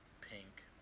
pink